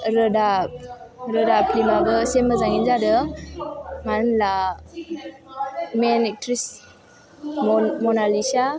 रोदा रोदा फिल्माबो एसे मोजाङैनो जादों मानो होनब्ला मेन एक्ट्रिस मनालिसा